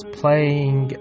playing